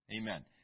Amen